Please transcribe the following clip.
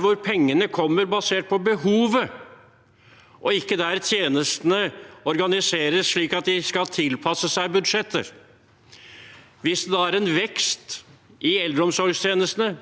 hvor pengene kommer basert på behovet, og ikke at tjenestene organiseres slik at de skal tilpasse seg budsjetter. Hvis det da var en vekst i eldreomsorgstjenestene,